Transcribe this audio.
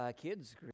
kids